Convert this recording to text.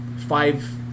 five